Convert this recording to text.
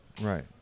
right